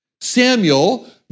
Samuel